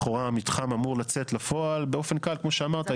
לכאורה מתחם אמור לצאת לפועל באופן קל כמו שאמרת,